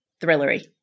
thrillery